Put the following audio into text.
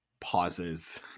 pauses